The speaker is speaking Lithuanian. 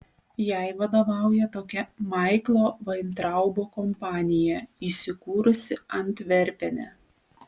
jai vadovauja tokia maiklo vaintraubo kompanija įsikūrusi antverpene